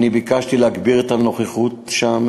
אני ביקשתי להגביר את הנוכחות שם,